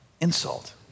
insult